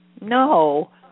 No